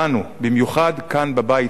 במיוחד כאן בבית הזה,